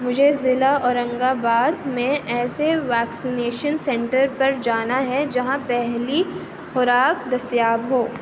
مجھے ضلع اورنگ آباد میں ایسے ویکسینیشن سنٹر پر جانا ہے جہاں پہلی خوراک دستیاب ہو